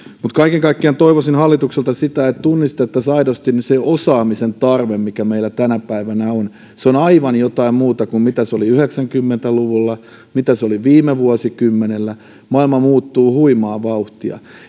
mutta kaiken kaikkiaan toivoisin hallitukselta sitä että tunnistettaisiin aidosti se osaamisen tarve mikä meillä tänä päivänä on se on aivan jotain muuta kuin mitä se oli yhdeksänkymmentä luvulla mitä se oli viime vuosikymmenellä maailma muuttuu huimaa vauhtia